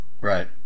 Right